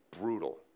brutal